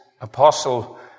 apostle